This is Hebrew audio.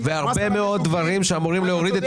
מס על ----- והרבה מאוד דברים שאמורים להוריד את